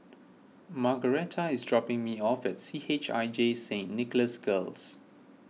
Margaretta is dropping me off at C H I J Saint Nicholas Girls